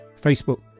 Facebook